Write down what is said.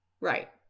Right